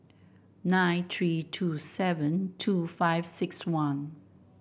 nine three two seven two five six one